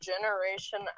Generation